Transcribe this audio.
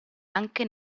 anche